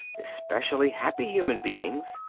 especially happy human beings,